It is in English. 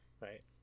right